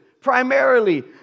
primarily